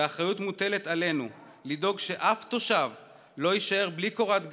ומוטלת עלינו האחריות לדאוג שאף תושב לא יישאר בלי קורת גג,